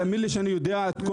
תאמין לי, אני יודע הכול.